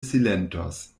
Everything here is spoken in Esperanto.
silentos